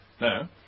No